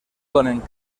donen